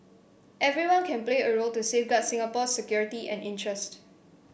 everyone can play a role to safeguard Singapore's security and interest